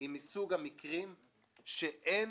היא מסוג המקרים שאין